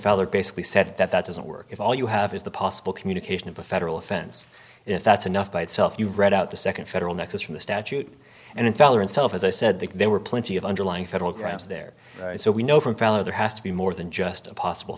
feller basically said that that doesn't work if all you have is the possible communication of a federal offense if that's enough by itself you read out the second federal nexus from the statute and in felon self as i said that there were plenty of underlying federal crimes there so we know from fellow there has to be more than just a possible